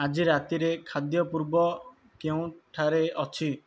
ଆଜି ରାତିରେ ଖାଦ୍ୟ ପୂର୍ବ କେଉଁଠାରେ ଅଛି